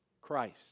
Christ